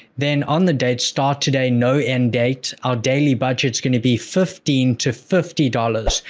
then on the date, start today no end date, our daily budget's going to be fifteen to fifty dollars.